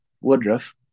Woodruff